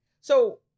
So-